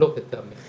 להעלות את מחיר